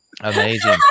Amazing